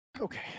Okay